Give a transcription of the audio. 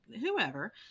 whoever